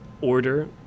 Order